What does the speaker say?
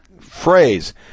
phrase